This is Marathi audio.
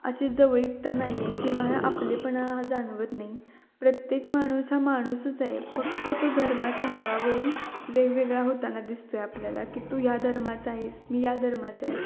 अशी जवळीकता नाही आहे किंवा हा आपलेपणा जाणवत नाही प्रत्येक माणूस हा माणूसच आहे फक्त तो धर्माच्या नावावरून वेगवेगळा होताना दिसतो आहे आपल्याला की तू या धर्माचा आहेस मी या धर्माचा आहे